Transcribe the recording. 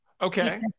Okay